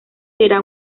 será